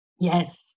yes